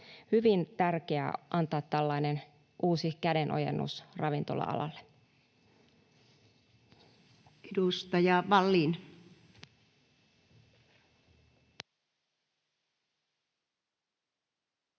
hyvin tärkeää antaa tällainen uusi kädenojennus ravintola-alalle. Edustaja Vallin.